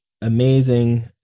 amazing